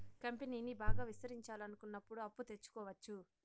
కంపెనీని బాగా విస్తరించాలనుకున్నప్పుడు అప్పు తెచ్చుకోవచ్చు